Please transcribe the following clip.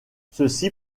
ceci